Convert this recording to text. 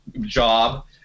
job